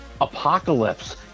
apocalypse